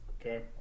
Okay